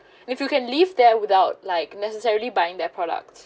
if you can leave there without like necessarily buying their products